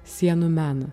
sienų meną